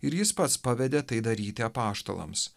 ir jis pats pavedė tai daryti apaštalams